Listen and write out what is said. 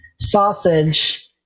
sausage